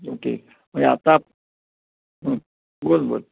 okay म्हणजे आता बोल बोल